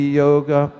yoga